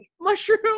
mushroom